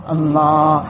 Allah